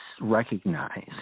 recognize